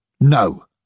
No